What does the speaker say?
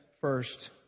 first